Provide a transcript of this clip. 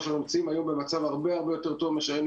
אנחנו נמצאים במצב הרבה הרבה יותר טוב מכפי שהיינו